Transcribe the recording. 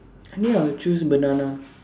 I think I will choose banana